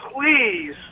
please